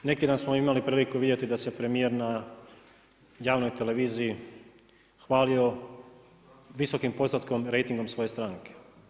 Neki dan smo imali priliku vidjeti da se premijer na javnoj televiziji hvalio visokim postotkom rejtingom svoje stranke.